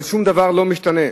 אבל שום דבר לא משתנה,